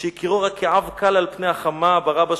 "שהכירו רק כעב קל על פני החמה הברה בשחקים.